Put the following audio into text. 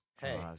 Hey